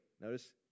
Notice